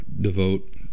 devote